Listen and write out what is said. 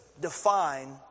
define